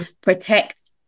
protect